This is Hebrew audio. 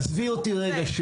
עזבי רגע.